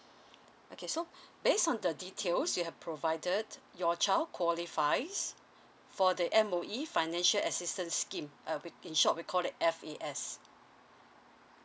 okay so based on the details you have provided your child qualifies for the M_O_E financial assistance scheme uh we in short we call it F_A_S